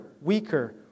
weaker